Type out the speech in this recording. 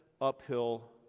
uphill